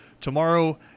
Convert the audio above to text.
tomorrow